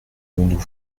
nous